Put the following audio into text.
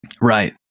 Right